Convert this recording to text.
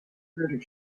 murder